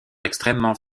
extrêmement